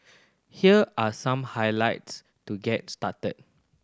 here are some highlights to get started